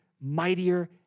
mightier